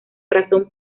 razón